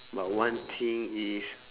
but one thing is